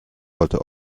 wollte